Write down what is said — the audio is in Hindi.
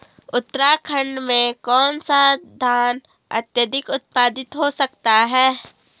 उत्तराखंड में कौन सा धान अत्याधिक उत्पादित हो सकता है?